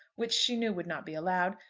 which she knew would not be allowed,